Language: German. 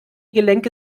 gelenke